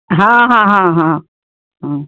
ہاں ہاں ہاں ہاں ہاں